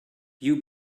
you